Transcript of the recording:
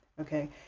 okay